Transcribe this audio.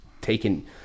Taken